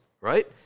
Right